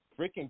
freaking